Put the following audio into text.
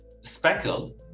speckle